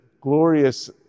glorious